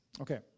Okay